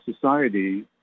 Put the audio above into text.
society